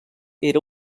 era